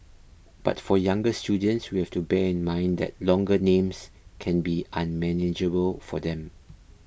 but for younger students we have to bear in mind that longer names can be unmanageable for them